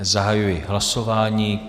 Zahajuji hlasování.